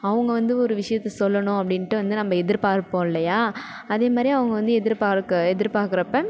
அவங்க வந்து ஒரு விஷயத்த சொல்லணும் அப்படின்ட்டு வந்து நம்ம எதிர் பார்ப்போம் இல்லையா அதேமாதிரி அவங்க வந்து எதிர்பார்க்க எதிர்பார்க்குறப்ப